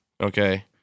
okay